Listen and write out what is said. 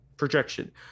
projection